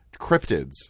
cryptids